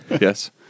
yes